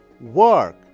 work